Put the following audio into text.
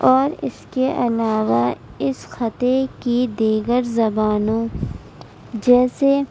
اور اس کے علاوہ اس خطے کی دیگر زبانوں جیسے